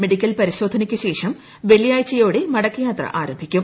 medical പരിശോധനയ്ക്കു ശേഷം വ്ടെള്ളിയാഴ്ചയോടെ മടക്കയാത്ര ആരംഭിക്കും